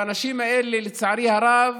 והאנשים האלה, לצערי הרב,